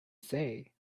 say